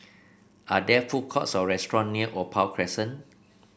are there food courts or restaurant near Opal Crescent